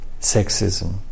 sexism